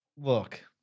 Look